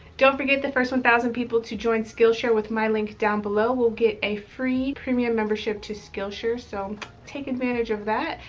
don't forget the first one thousand people to join skillshare with my link down below will get a free premium membership to skillshare. so take advantage of that.